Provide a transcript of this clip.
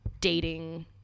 dating